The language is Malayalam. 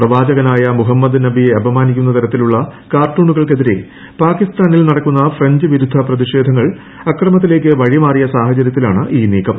പ്രവാചകനായ മുഹമ്മദ് നബിയെ അപമാനിക്കൂന്ന തരത്തിലുള്ള കാർട്ടൂണുകൾക്കെതിരെ പാകിസ്ഥാനിൽ നടക്കുന്ന ഫ്രഞ്ച് വിരുദ്ധ പ്രതിഷേധങ്ങൾ അക്രമത്തിലേക്ക് വഴി മാറിയ സാഹചരൃത്തിലാണ് ഈ നീക്കം